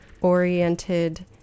oriented